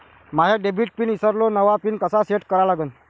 माया debit pin ईसरलो, नवा pin कसा सेट करा लागन?